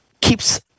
keeps